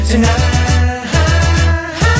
Tonight